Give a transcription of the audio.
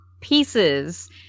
pieces